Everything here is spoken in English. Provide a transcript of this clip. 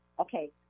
Okay